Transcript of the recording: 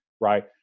right